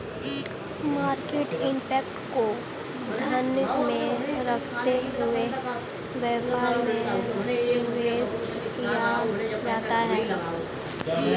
market impact को ध्यान में रखते हुए व्यापार में निवेश किया जाता है